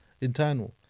internal